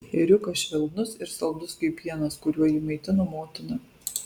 ėriukas švelnus ir saldus kaip pienas kuriuo jį maitino motina